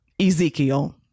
Ezekiel